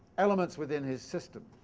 elements within his system.